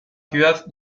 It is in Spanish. ciudad